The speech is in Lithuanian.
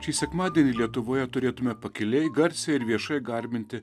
šį sekmadienį lietuvoje turėtumėme pakiliai garsiai ir viešai garbinti